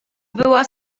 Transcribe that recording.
była